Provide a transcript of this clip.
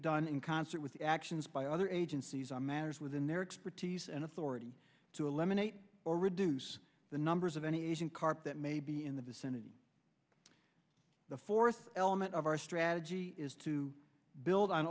done in concert with actions by other agencies on matters within their expertise and authority to eliminate or reduce the numbers of any asian carp that may be in the vicinity the fourth element of our strategy is to build on